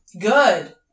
Good